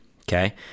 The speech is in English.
Okay